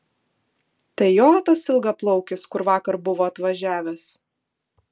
tai jo tas ilgaplaukis kur vakar buvo atvažiavęs